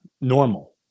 normal